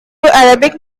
arabic